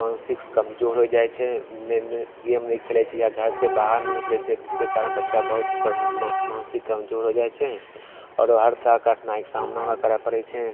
मानसिक कमजोर होइ जाइत छै गेम नहि खेलैत छै या घर से बाहर नहि निकलैत छै जिसके कारण बच्चा बहुत मानसिक कमजोर होइ जाइत छै आओर हर तरहके कठिनाइके सामना ओकरा करै पड़ैत छै